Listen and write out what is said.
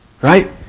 Right